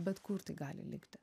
bet kur tai gali likti